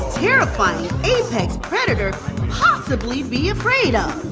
terrifying apex predator possibly be afraid of?